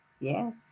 Yes